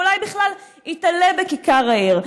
אולי בכלל ייתלה בכיכר העיר.